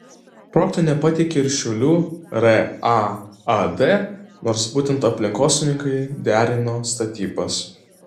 projekto nepateikė ir šiaulių raad nors būtent aplinkosaugininkai derino statybas